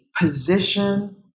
position